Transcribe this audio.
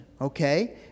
Okay